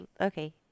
okay